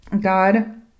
God